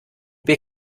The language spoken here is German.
wir